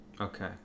okay